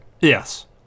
Yes